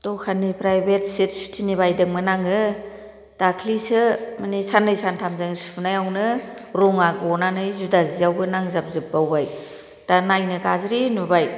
दखाननिफ्राय बेडशिट सुटिनि बायदोंमोन आङो दाखालिसो मानि साननै सानथामजों सुनायावनो रंगा गनानै जुदा जिवावबो नांजाब जोबबावबाय दा नायनो गाज्रि नुबाय